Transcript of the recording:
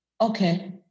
Okay